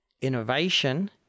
Innovation